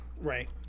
right